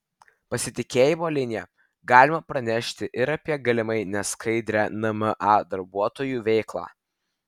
pasitikėjimo linija galima pranešti ir apie galimai neskaidrią nma darbuotojų veiklą